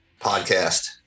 podcast